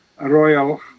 royal